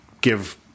give